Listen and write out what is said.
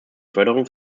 förderung